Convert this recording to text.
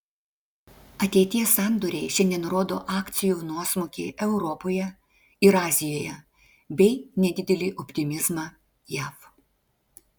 ateities sandoriai šiandien rodo akcijų nuosmukį europoje ir azijoje bei nedidelį optimizmą jav